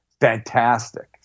fantastic